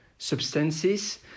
substances